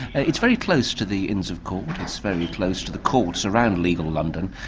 and it's very close to the inns of court, it's very close to the courts around legal london,